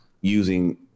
using